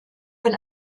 von